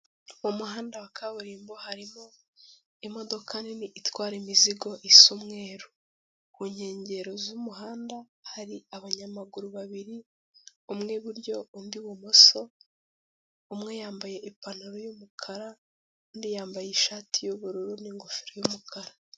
Mu muhanda wa kaburimbo harimo imodoka nini itwara imizigo isa umweru, ku nkengero z'umuhanda hari abanyamaguru babiri, umwe iburyo undi ibumoso, umwe yambaye ipantaro y'umukara, undi yambaye ishati y'ubururu n'ingofero y'umukara.